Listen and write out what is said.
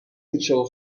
کوچه